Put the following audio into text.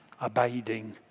abiding